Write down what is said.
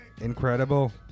Incredible